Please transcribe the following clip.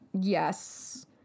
yes